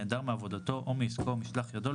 נעדר מעבודתו או מעסקו או משלח ידו ,